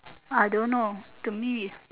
I don't know to me